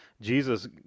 Jesus